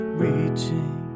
reaching